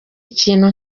ikintu